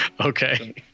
Okay